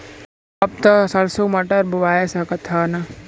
अब त सरसो मटर बोआय सकत ह न?